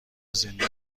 زندگیت